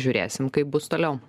žiūrėsim kaip bus toliau